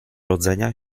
rodzenia